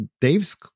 Dave's